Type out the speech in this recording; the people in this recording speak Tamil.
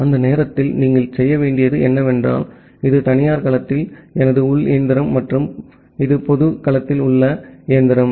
அந்த நேரத்தில் நீங்கள் செய்ய வேண்டியது என்னவென்றால் இது தனியார் களத்தில் எனது உள் இயந்திரம் மற்றும் இது பொது களத்தில் உள்ள இயந்திரம்